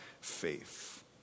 faith